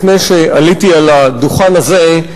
לפני שעליתי על הדוכן הזה,